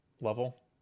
level